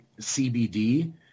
CBD